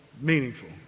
meaningful